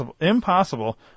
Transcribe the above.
impossible